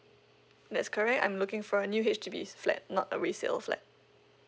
that's correct I'm looking for a new H_D_B flat not a resale flat